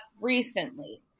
recently